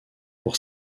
pour